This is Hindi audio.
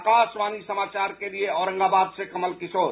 आकाशवाणी समाचार के लिए औरंगाबाद से कमल किशोर